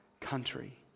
country